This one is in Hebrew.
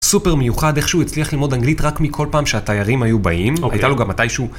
סופר מיוחד איכשהו הצליח ללמוד אנגלית רק מכל פעם שהתיירים היו באים הייתה לו גם מתישהו.